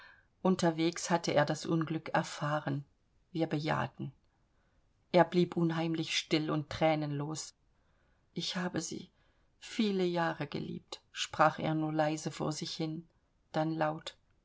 unterwegs hatte er das unglück erfahren wir bejahten er blieb unheimlich still und thränenlos ich habe sie viele jahre geliebt sprach er nur leise vor sich hin dann laut